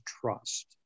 trust